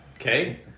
Okay